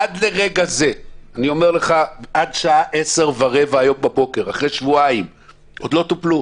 עד לשעה 10:15 הבוקר עוד לא טופלו.